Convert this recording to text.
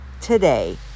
today